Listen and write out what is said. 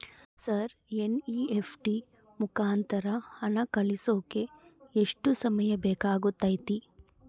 Sir NEFT ಮುಖಾಂತರ ಹಣ ಕಳಿಸೋಕೆ ಎಷ್ಟು ಸಮಯ ಬೇಕಾಗುತೈತಿ?